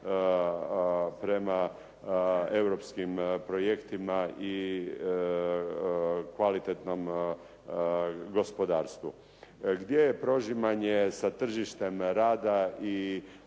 prema europskim projektima i kvalitetnom gospodarstvu. Gdje je prožimanjem sa tržištem rada i